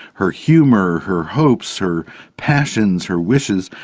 her humour, her hopes, her passions, her wishes.